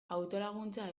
autolaguntza